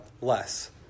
less